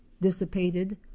dissipated